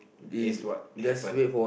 here's what happen